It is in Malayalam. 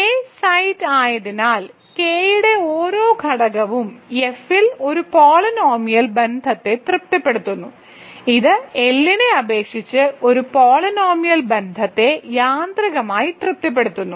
കെ സൈറ്റ് ആയതിനാൽ കെ യുടെ ഓരോ ഘടകവും F ൽ ഒരു പോളിനോമിയൽ ബന്ധത്തെ തൃപ്തിപ്പെടുത്തുന്നു ഇത് L നെ അപേക്ഷിച്ച് ഒരു പോളിനോമിയൽ ബന്ധത്തെ യാന്ത്രികമായി തൃപ്തിപ്പെടുത്തുന്നു